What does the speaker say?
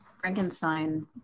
Frankenstein